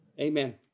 amen